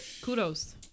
kudos